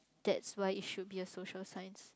that's why it should be a social science